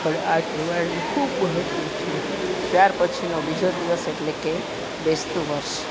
પણ આ તહેવારનું ખૂબ મહત્ત્વ છે ત્યાર પછીનો બીજો દિવસ એટલે કે બેસતું વર્ષ